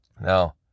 Now